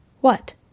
What